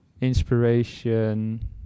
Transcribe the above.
inspiration